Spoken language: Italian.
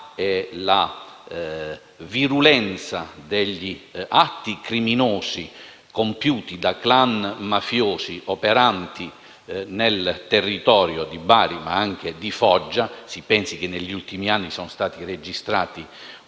e alla virulenza degli atti criminosi compiuti dai *clan* mafiosi operanti nel territorio di Bari, ma anche di Foggia (si pensi che, negli ultimi anni, sono stati registrati